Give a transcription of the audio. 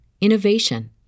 innovation